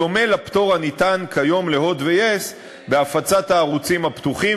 בדומה לפטור הניתן כיום ל"הוט" ו-yes בהפצת הערוצים הפתוחים,